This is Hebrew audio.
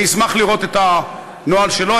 אני אשמח לראות את הנוהל שלו.